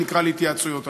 שנקרא להתייעצויות,